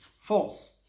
False